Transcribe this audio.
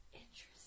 Interesting